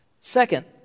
Second